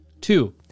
Two